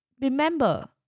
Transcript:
remember